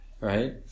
right